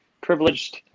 privileged